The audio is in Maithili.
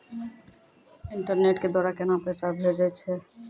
इंटरनेट के द्वारा केना पैसा भेजय छै?